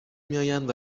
میآیند